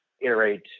iterate